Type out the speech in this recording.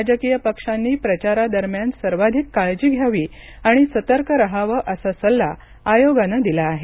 राजकीय पक्षांनी प्रचारादरम्यान सर्वाधिक काळजी घ्यावी आणि सतर्क रहावं असा सल्ला आयोगानं दिला आहे